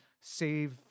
save